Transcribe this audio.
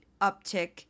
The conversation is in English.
uptick